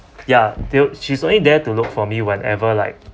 ya there she's only there to look for me whenever like